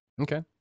Okay